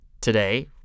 today